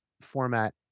format